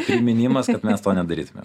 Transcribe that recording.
priminimas ir mes to nedarytumėm